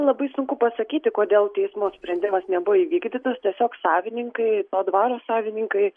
labai sunku pasakyti kodėl teismo sprendimas nebuvo įvykdytas tiesiog savininkai to dvaro savininkai